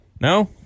No